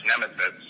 nemesis